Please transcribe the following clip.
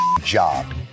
job